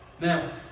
Now